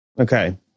Okay